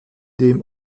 dem